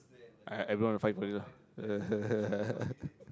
I everyone will fight for you